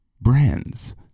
brands